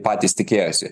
patys tikėjosi